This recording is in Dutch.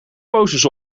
posters